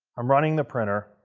i'm running the printer